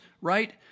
right